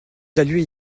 talus